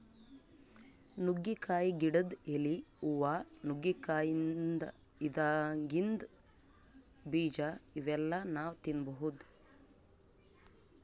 ನುಗ್ಗಿಕಾಯಿ ಗಿಡದ್ ಎಲಿ, ಹೂವಾ, ನುಗ್ಗಿಕಾಯಿದಾಗಿಂದ್ ಬೀಜಾ ಇವೆಲ್ಲಾ ನಾವ್ ತಿನ್ಬಹುದ್